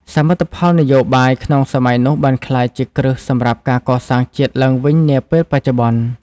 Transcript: សមិទ្ធផលនយោបាយក្នុងសម័យនោះបានក្លាយជាគ្រឹះសម្រាប់ការកសាងជាតិឡើងវិញនាពេលបច្ចុប្បន្ន។